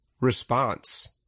Response